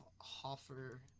hoffer